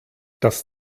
das